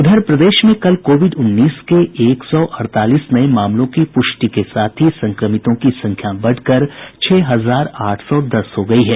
इधर प्रदेश में कल कोविड उन्नीस के एक सौ अड़तालीस नये मामलों की प्रष्टि के साथ ही संक्रमितों की संख्या बढ़कर छह हजार आठ सौ दस हो गयी है